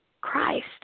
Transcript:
Christ